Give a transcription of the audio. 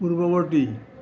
পূৰ্ৱৱৰ্তী